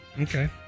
Okay